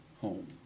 home